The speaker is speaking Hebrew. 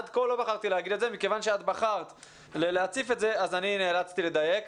מכיוון שבחרת להציף את זה אז נאלצתי לדייק.